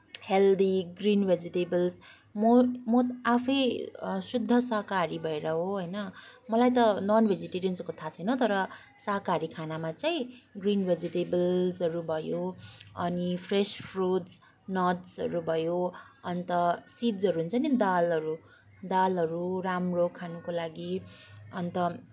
healthy green vegetables म म आफै शुद्ध साकाहारी भएर हो होइन मलाई त नन् भेजिटेरियन्सहरूको थाहा छैन तर साकाहारी खानामा चाहिँ ग्रीन भेजिटेबल्सहरू भयो अनि फ्रेस फ्रुट्स नट्सहरू भयो अन्त सिड्सहरू हुन्छ नि दालहरू दालहरू राम्रो खानको लागि अन्त